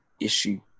issue